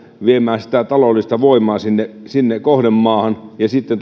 viemään taloudellista voimaa sinne sinne kohdemaahan ja sitten